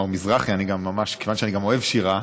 מר מזרחי, אני ממש, כיוון שאני אוהב שירה,